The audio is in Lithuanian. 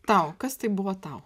tau kas tai buvo tau